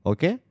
Okay